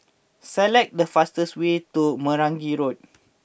select the fastest way to Meragi Road